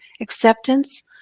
acceptance